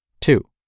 Two